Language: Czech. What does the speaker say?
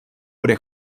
bude